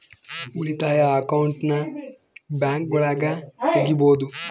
ಉಳಿತಾಯ ಅಕೌಂಟನ್ನ ಬ್ಯಾಂಕ್ಗಳಗ ತೆಗಿಬೊದು